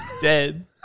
Dead